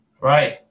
Right